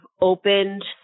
opened